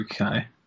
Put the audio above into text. okay